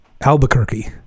Albuquerque